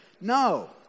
No